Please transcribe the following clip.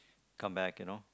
come back you know